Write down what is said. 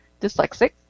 dyslexic